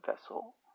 vessel